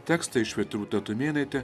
tekstą išvertė rūta tumėnaitė